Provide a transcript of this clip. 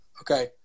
Okay